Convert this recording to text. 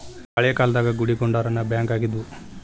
ಹಳೇ ಕಾಲ್ದಾಗ ಗುಡಿಗುಂಡಾರಾನ ಬ್ಯಾಂಕ್ ಆಗಿದ್ವು